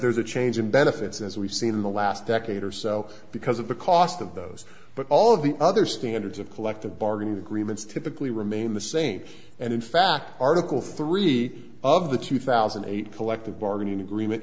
there's a change in benefits as we've seen in the last decade or so because of the cost of those but all of the other standards of collective bargaining agreements typically remain the same and in fact article three of the two thousand and eight collective bargaining agreement